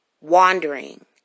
wandering